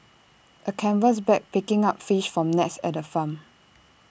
A canvas bag picking up fish from nets at the farm